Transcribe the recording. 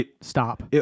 Stop